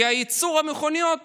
כי ייצור המכוניות